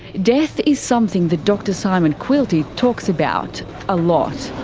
death is something that dr simon quilty talks about a lot.